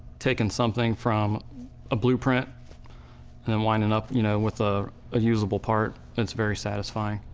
taking something from a blueprint and then winding up you know with ah a usable part, it's very satisfying.